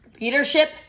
Leadership